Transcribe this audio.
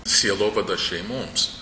sielovada šeimoms